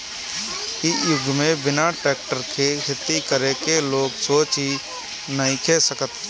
इ युग में बिना टेक्टर के खेती करे के लोग सोच ही नइखे सकत